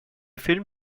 film